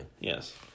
Yes